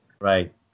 right